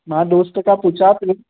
मां दोस्त खां पुछा पियो